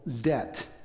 debt